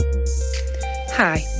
Hi